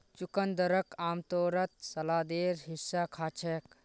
चुकंदरक आमतौरत सलादेर हिस्सा खा छेक